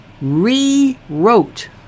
rewrote